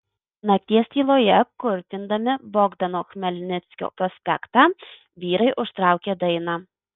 nakties tyloje kurtindami bogdano chmelnickio prospektą vyrai užtraukė dainą